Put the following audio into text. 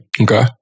Okay